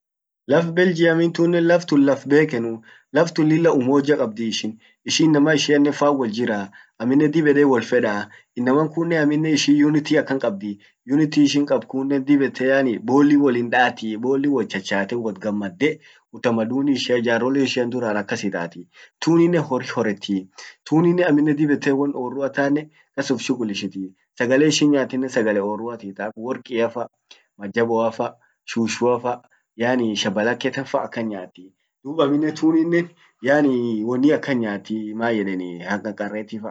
Laf Belgium inn tunnen laf bekenuu. Laf tun lilla umoja kabdii. Ishin inama ishiannen faan woljira. Amminen dib ede wolfedaa. Inaman kunnen amminen ishin unity akan kabdi, unity ishin kabd kunnen, dib ete yaani wollin daati, bolli wot chachate, wot gammade. utamaduni ishian jarolle ishian duran akas itati. tunninen horri horreti, tunninen amminen dib ete won orrru tannen kas uf shughulishiti .sagale ishin nyaatinen sagale oruati, taak workiafa, majaboafa ,shushuafa, yaaani shabalake tan fa akan nyaati. dub amminen tunninen yaani wonni akan nyaati mayeden hanqarqaresfa.